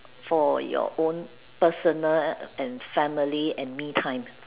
for your own personal and family and me time